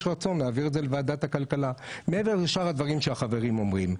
יש רצון להעביר את זה לוועדת הכלכלה מעבר לשאר הדברים שהחברים אומרים.